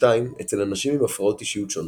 II אצל אנשים עם הפרעות אישיות שונות.